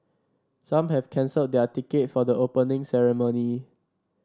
some have cancelled their ticket for the Opening Ceremony